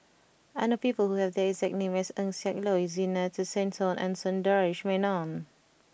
I know people who have the exact name as Eng Siak Loy Zena Tessensohn and Sundaresh Menon